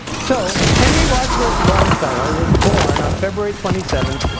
so, henry wadsworth longfellow was born on february twenty seven,